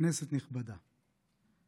כנסת נכבדה,